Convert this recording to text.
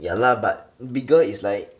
yeah lah but bigger is like